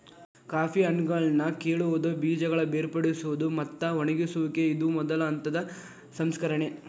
coffee ಹಣ್ಣುಗಳನ್ನಾ ಕೇಳುವುದು, ಬೇಜಗಳ ಬೇರ್ಪಡಿಸುವುದು, ಮತ್ತ ಒಣಗಿಸುವಿಕೆ ಇದು ಮೊದಲ ಹಂತದ ಸಂಸ್ಕರಣೆ